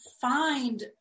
find